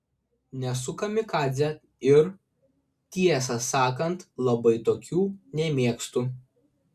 nesu kamikadzė ir tiesą sakant labai tokių nemėgstu